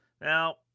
Now